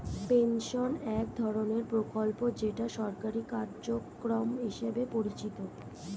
pension এক ধরনের প্রকল্প যেটা সরকারি কার্যক্রম হিসেবে পরিচিত